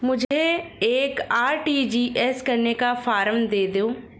मुझे एक आर.टी.जी.एस करने का फारम दे दो?